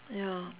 ya